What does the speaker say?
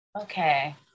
Okay